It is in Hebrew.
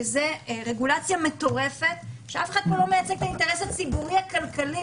וזה רגולציה מטורפת שאף אחד לא מייצג את האינטרס הציבורי הכלכלי,